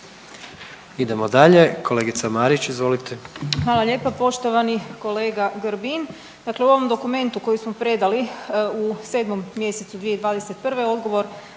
Idemo dalje, kolegica Marić. Izvolite. **Marić, Andreja (SDP)** Hvala lijepa poštovani kolega Grbin. Dakle, u ovom dokumentu koji smo predali u 7 mjesecu 2021. odgovor